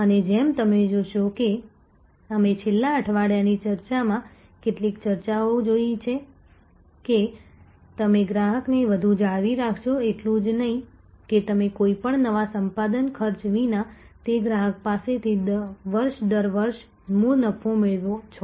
અને જેમ તમે જોશો કે અમે છેલ્લા અઠવાડિયાની ચર્ચામાં કેટલીક ચર્ચાઓ જોઈ છે કે તમે ગ્રાહકને વધુ જાળવી રાખશો એટલું જ નહીં કે તમે કોઈપણ નવા સંપાદન ખર્ચ વિના તે ગ્રાહક પાસેથી વર્ષ દર વર્ષે મૂળ નફો મેળવો છો